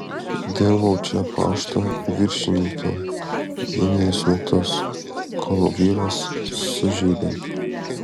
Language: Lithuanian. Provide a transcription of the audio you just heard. dirbau čia pašto viršininke vienerius metus kol vyras sužeidė